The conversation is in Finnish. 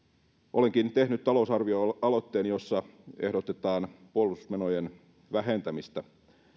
olenkin tehnyt talousarvioaloitteen jossa ehdotetaan puolustusmenojen vähentämistä